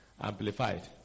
Amplified